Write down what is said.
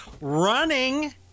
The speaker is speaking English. running